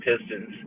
Pistons